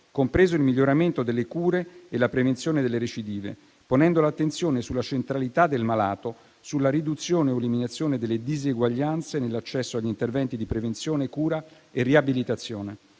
compreso il miglioramento delle cure e la prevenzione delle recidive, ponendo l'attenzione sulla centralità del malato e sulla riduzione o eliminazione delle diseguaglianze nell'accesso agli interventi di prevenzione, cura e riabilitazione.